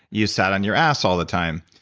you sat on your ass all the time,